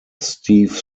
steve